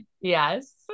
yes